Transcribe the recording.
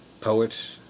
poet